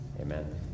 Amen